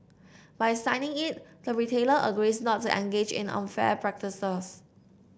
by signing it the retailer agrees not to engage in unfair practices